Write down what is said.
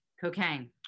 cocaine